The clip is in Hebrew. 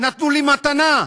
נתנו לי מתנה.